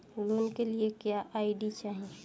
Loan के लिए क्या आई.डी चाही?